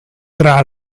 tra